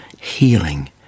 healing